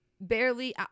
barely